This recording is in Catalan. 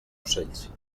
ocells